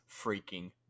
freaking